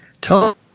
Tell